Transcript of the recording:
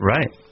Right